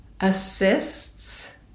assists